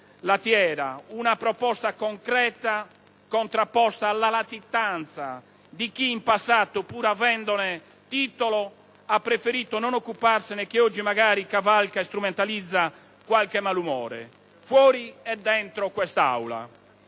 lattiera, una proposta concreta contrapposta alla latitanza di chi in passato, pur avendone titolo, ha preferito non occuparsene e che, oggi, magari cavalca e strumentalizza qualche malumore, fuori e dentro quest'Aula.